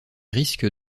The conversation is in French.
risques